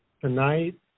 tonight